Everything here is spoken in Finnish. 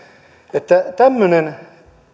saivat sinne tämmöinen